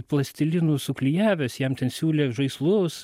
plastilinu suklijavęs jam ten siūlė žaislus